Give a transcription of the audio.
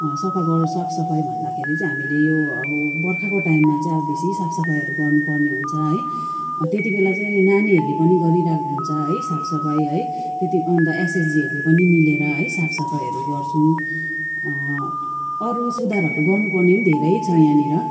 सफा गर साफसफाइ भन्दाखेरि चाहिँ हामीले यो अब बर्खाको टाइममा चाहिँ अब बेसी साफसफाइहरू गर्नुपर्ने हुन्छ है त्यति बेला चाहिँ नानीहरूले पनि गरिरहेको हुन्छ है साफसफाइ है त्यति अन्त एसएचजीहरूले पनि मिलेर है साफसफाइहरू गर्छौँ अरू सुधारहरू गर्नुपर्ने पनि धेरै छ यहाँनिर